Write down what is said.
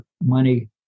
money